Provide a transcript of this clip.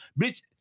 bitch